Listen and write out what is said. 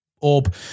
Orb